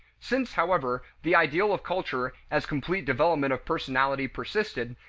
since, however, the ideal of culture as complete development of personality persisted,